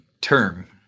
term